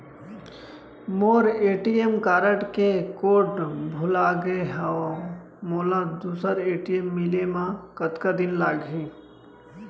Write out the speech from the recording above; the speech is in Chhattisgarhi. मोर ए.टी.एम कारड के कोड भुला गे हव, मोला दूसर ए.टी.एम मिले म कतका दिन लागही?